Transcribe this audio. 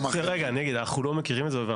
אנחנו לא מכירים את זה.